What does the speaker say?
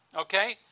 Okay